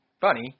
funny